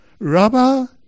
Rubber